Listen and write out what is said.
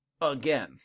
again